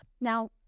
now